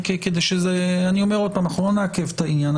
אנחנו לא נעכב את העניין.